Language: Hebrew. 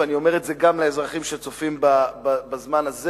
ואני אומר את זה גם לאזרחים שצופים בזמן הזה: